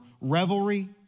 revelry